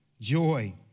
joy